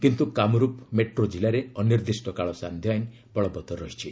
କିନ୍ତୁ କାମରୁଫ୍ ମେଟ୍ରୋ ଜିଲ୍ଲାରେ ଅନିର୍ଦ୍ଦିଷ୍ଟକାଳ ସାନ୍ଧ୍ୟ ଆଇନ୍ ବଳବତ୍ତର ରହିଛି